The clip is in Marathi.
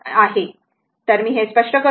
तर मी हे स्पष्ट करते